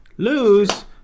lose